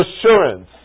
assurance